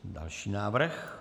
Další návrh.